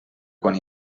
quan